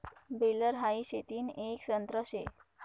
baler हाई शेतीन एक यंत्र शे